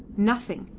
nothing!